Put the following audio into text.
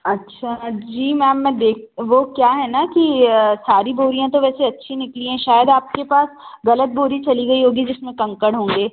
अच्छा जी मैम मैं देख वह क्या है ना कि सारी बोरियाँ तो वैसे अच्छी निकली हैं शायद आपके पास गहलत बोरी चली गई होगी जिसमे कंकर होंगे